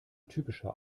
typischer